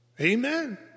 amen